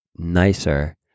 nicer